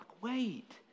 wait